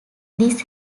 this